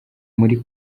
muri